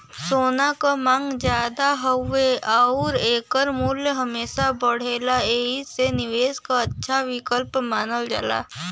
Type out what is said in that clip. सोना क मांग जादा हउवे आउर एकर मूल्य हमेशा बढ़ला एही लिए निवेश क अच्छा विकल्प मानल जाला